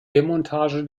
demontage